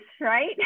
right